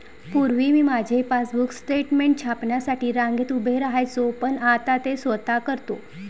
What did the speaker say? पूर्वी मी माझे पासबुक स्टेटमेंट छापण्यासाठी रांगेत उभे राहायचो पण आता ते स्वतः करतो